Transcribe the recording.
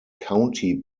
county